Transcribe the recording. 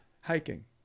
hiking